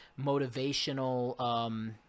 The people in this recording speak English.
motivational –